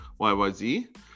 YYZ